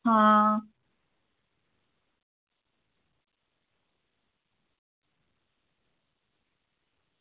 आं